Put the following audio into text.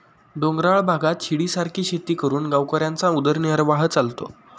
डोंगराळ भागात शिडीसारखी शेती करून गावकऱ्यांचा उदरनिर्वाह चालतो